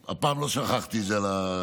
הפעם לא שכחתי את זה על הבמה.